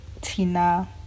Tina